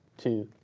two,